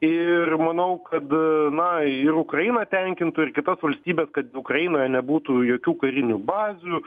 ir manau kad na ir ukrainą tenkintų ir kitas valstybes kad ukrainoje nebūtų jokių karinių bazių